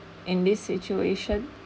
in this situation